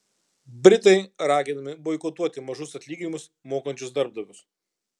britai raginami boikotuoti mažus atlyginimus mokančius darbdavius